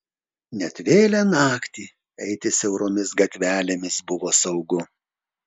net vėlią naktį eiti siauromis gatvelėmis buvo saugu